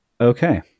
Okay